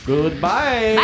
Goodbye